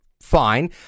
fine